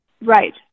Right